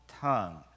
tongue